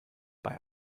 bei